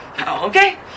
Okay